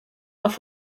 auf